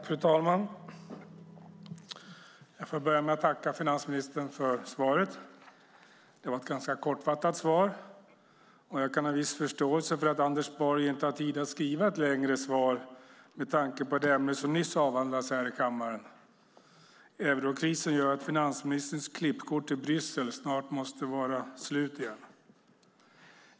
Fru talman! Jag börjar med att tacka finansministern för svaret. Det var ett ganska kortfattat svar. Jag kan ha viss förståelse för att Anders Borg inte har tid att skriva ett längre svar med tanke på det ämne som nyss avhandlades här i kammaren. Eurokrisen gör att finansministerns klippkort till Bryssel snart måste vara slut igen.